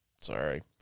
sorry